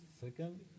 second